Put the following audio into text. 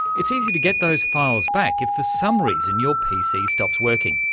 it's easy to get those files back if for some reason your pc stops working,